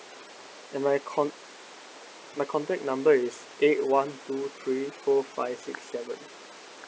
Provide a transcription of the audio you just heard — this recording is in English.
and my con~ my contact number is eight one two three four five six seven